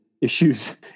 issues